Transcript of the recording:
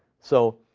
so